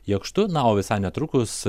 jakštu na o visai netrukus